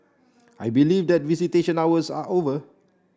I believe that visitation hours are over